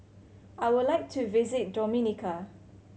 I would like to visit Dominica